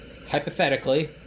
Hypothetically